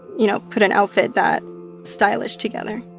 you know, put an outfit that stylish together